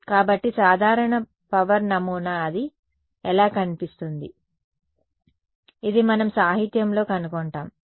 కాబట్టి సాధారణ పవర్ నమూనా అది ఎలా కనిపిస్తుంది ఇది మనం సాహిత్యంలో కనుగొంటాము